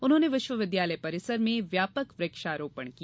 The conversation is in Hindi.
उन्होंने विश्वविद्यालय परिसर में व्यापक वृक्षारोपण की अपील की